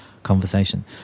Conversation